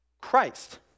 Christ